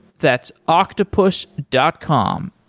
that's octopus dot com,